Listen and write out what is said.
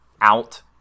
out